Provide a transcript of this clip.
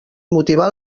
motivar